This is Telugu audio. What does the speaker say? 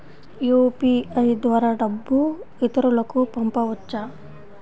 యూ.పీ.ఐ ద్వారా డబ్బు ఇతరులకు పంపవచ్చ?